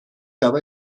aber